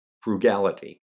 Frugality